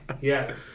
Yes